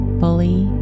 fully